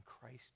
Christ